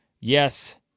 yes